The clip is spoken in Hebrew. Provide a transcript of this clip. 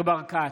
ניר ברקת,